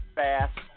Fast